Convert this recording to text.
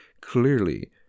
clearly